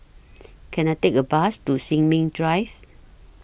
Can I Take A Bus to Sin Ming Drive